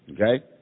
Okay